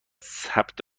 ثبت